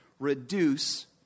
reduce